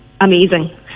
amazing